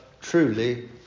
truly